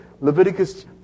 Leviticus